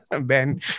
Ben